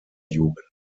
jugend